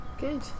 Good